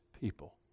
people